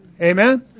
Amen